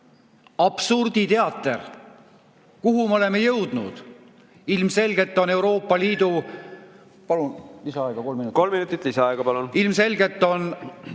Absurditeater! Kuhu me oleme jõudnud? Ilmselgelt on Euroopa Liidu ...